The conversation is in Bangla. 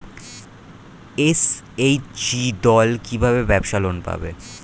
এস.এইচ.জি দল কী ভাবে ব্যাবসা লোন পাবে?